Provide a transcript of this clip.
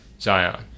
Zion